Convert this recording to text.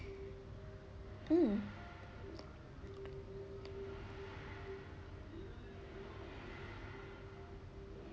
mm